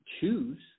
choose